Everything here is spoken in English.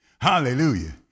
hallelujah